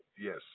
Yes